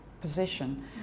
position